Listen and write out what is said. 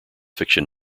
fiction